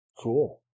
Cool